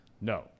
No